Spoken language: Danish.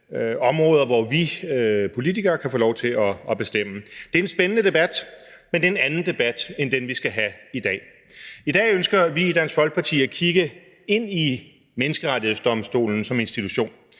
områder, hvor vi politikere kan få lov til at bestemme. Det er en spændende debat, men det er en anden debat end den, vi skal have i dag. I dag ønsker vi i Dansk Folkeparti at kigge ind i Menneskerettighedsdomstolen som institution.